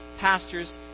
pastors